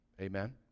amen